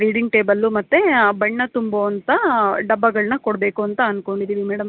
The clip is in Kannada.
ರೀಡಿಂಗ್ ಟೇಬಲ್ಲು ಮತ್ತು ಆ ಬಣ್ಣ ತುಂಬೋ ಅಂತ ಡಬ್ಬಗಳನ್ನು ಕೊಡಬೇಕು ಅಂತ ಅಂದ್ಕೊಂಡ್ಡಿದೀವಿ ಮೇಡಮ್